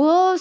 ओहो